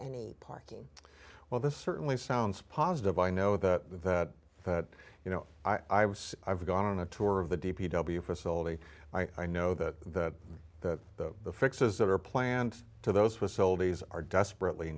any parking well this certainly sounds positive i know that that that you know i was i've gone on a tour of the d p w facility i know that that the fixes that are planned to those facilities are desperately